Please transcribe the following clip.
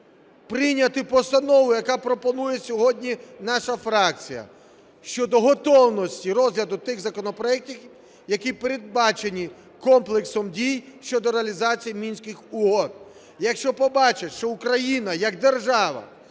прийняти постанову, яку пропонує сьогодні наша фракція щодо готовності розгляду тих законопроектів, які передбачені комплексом дій щодо реалізації Мінських угод. Якщо побачать, що Україна як держава